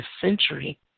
century